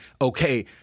okay